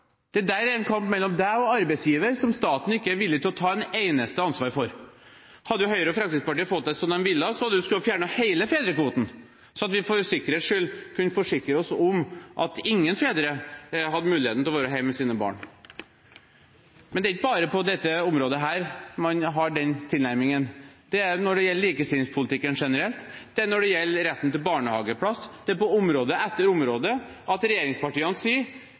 det er en sak mellom deg og arbeidsgiveren som staten i det hele tatt ikke er villig til å ta ansvar for. Hadde Høyre og Fremskrittspartiet fått det som de vil, hadde de for sikkerhets skyld fjernet hele fedrekvoten, slik at ingen fedre hadde muligheten til å være hjemme med sine barn. Men det er ikke bare på dette området man har den tilnærmingen. Det er når det gjelder likestillingspolitikken generelt, det er når det gjelder retten til barnehageplass, det er på område etter område at regjeringspartiene sier: